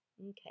Okay